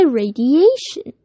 radiation